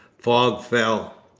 fog fell.